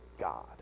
God